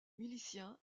miliciens